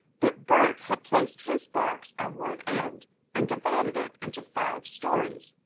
but bert had placed his box on one end and divided it into five stories,